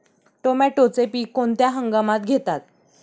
टोमॅटोचे पीक कोणत्या हंगामात घेतात?